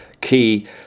key